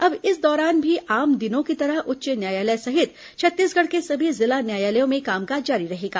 अब इस दौरान भी आम दिनों की तरह उच्च न्यायालय सहित छत्तीसगढ़ के सभी जिला न्यायालयों में कामकाज जारी रहेगा